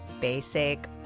Basic